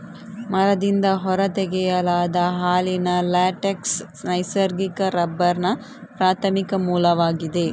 ಮರದಿಂದ ಹೊರ ತೆಗೆಯಲಾದ ಹಾಲಿನ ಲ್ಯಾಟೆಕ್ಸ್ ನೈಸರ್ಗಿಕ ರಬ್ಬರ್ನ ಪ್ರಾಥಮಿಕ ಮೂಲವಾಗಿದೆ